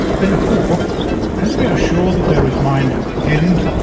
therefore, as we are sure that there is mind in the end,